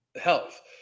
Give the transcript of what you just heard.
health